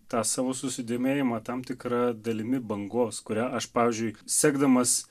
tą savo susidomėjimą tam tikra dalimi bangos kurią aš pavyzdžiui sekdamas